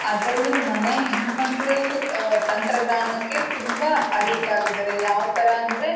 ಅದರಲ್ಲೂ ಮನೆ ಹೆಣ್ಣುಮಕ್ಳು ತಂತ್ರಜ್ಞಾನಕ್ಕೆ ತುಂಬ ಅಡಿಕ್ಟ್ ಆಗಿದ್ದಾರೆ ಯಾವ ಥರ ಅಂದರೆ